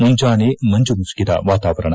ಮುಂಜಾನೆ ಮಂಜು ಮುಸುಕಿದ ವಾತಾವರಣ